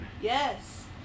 Yes